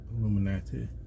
Illuminati